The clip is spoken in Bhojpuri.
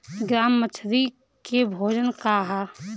ग्रास मछली के भोजन का ह?